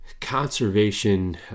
conservation